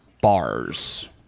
bars